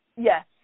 Yes